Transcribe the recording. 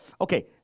okay